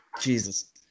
Jesus